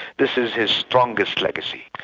this is his strongest legacy.